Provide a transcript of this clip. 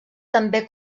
també